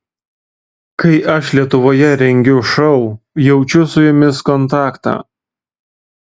kai aš lietuvoje rengiu šou jaučiu su jumis kontaktą